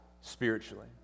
spiritually